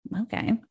okay